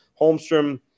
Holmstrom